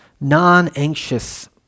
non-anxious